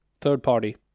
third-party